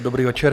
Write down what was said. Dobrý večer.